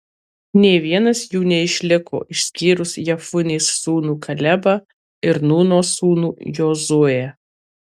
nė vienas jų neišliko išskyrus jefunės sūnų kalebą ir nūno sūnų jozuę